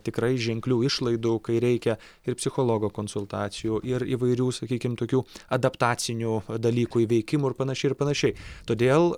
tikrai ženklių išlaidų kai reikia ir psichologo konsultacijų ir įvairių sakykim tokių adaptacinių dalykų įveikimu ir panašiai ir panašiai todėl